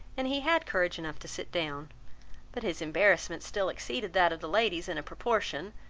and he had courage enough to sit down but his embarrassment still exceeded that of the ladies in a proportion,